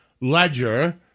ledger